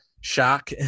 Shock